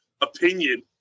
opinion